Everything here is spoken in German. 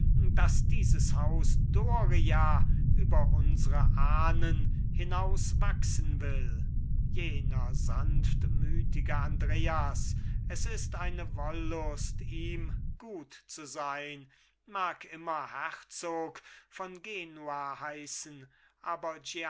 daß dieses haus doria über unsre ahnen hinauswachsen will jener sanftmütige andreas es ist eine wollust ihm gut zu sein mag immer herzog von genua heißen aber